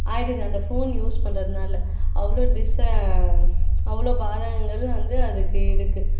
ஆயிடுது அந்த phone use பண்ணுறதுனால அவ்வளோ டிஸ் அவ்வளோ பாதகங்கள் வந்து அதுக்கு இருக்குது